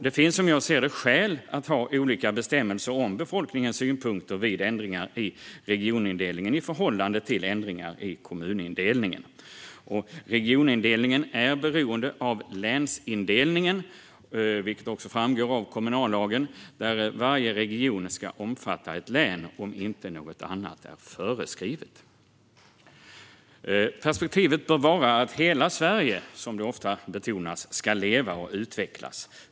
Det finns som jag ser det skäl att ha olika bestämmelser om befolkningens synpunkter vid ändringar i regionindelningen i förhållande till ändringar i kommunindelningen. Regionindelningen är beroende av länsindelningen, vilket framgår av kommunallagen, där det står att varje region ska omfatta ett län om inte något annat är föreskrivet. Perspektivet bör vara att hela Sverige, vilket ofta brukar betonas, ska leva och utvecklas.